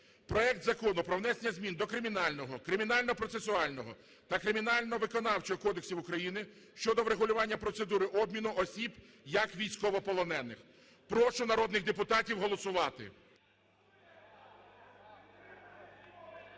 проект Закону про внесення змін до Кримінального, Кримінального процесуального та Кримінально-виконавчого кодексів України щодо врегулювання процедури обміну осіб як військовополонених. Прошу народних депутатів голосувати.